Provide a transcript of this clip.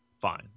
fine